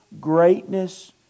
greatness